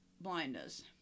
blindness